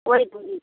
वही दूँगी